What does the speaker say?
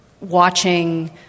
watching